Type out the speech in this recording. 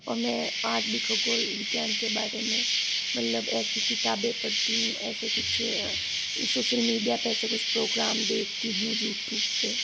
और मैं आज भी खगोल विज्ञान के बारे में मतलब ऐसी किताबें पढ़ती हूँ ऐसे कुछ सोशल मीडिया पर ऐसा कुछ प्रोग्राम देखती हूँ यूट्यूब पर